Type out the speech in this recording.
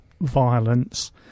violence